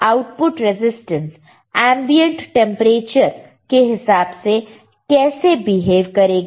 output resistance ambient temperature के हिसाब से कैसे बिहेव करेगा